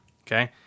Okay